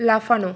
লাফানো